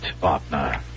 partner